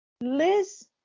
Liz